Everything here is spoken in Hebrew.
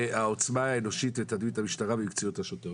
והעוצמה האנושית תביא את המשטרה למקצועיות השוטר.